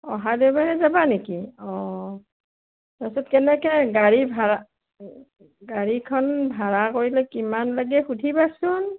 অহা দেওবাৰে যাবা নেকি অঁ তাৰপিছত কেনেকৈ গাড়ী ভাড়া গাড়ীখন ভাড়া কৰিলে কিমান লাগে সুধিবাচোন